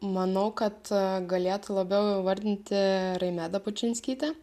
manau kad galėtų labiau įvardinti raimeda bučinskytė